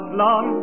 long